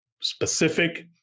specific